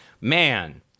man